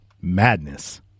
Madness